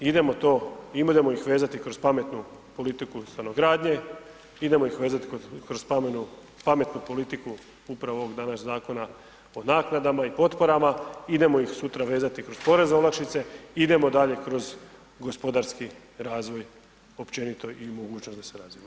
Idemo to, idemo ih vezati kroz pametnu politiku stanogradnje, idemo ih vezati kroz pametnu politiku upravo ovog danas zakona o naknadama i potporama, idemo ih sutra vezati kroz porezne olakšice, idemo dalje kroz gospodarski razvoj općenito i mogućnost da se razviju.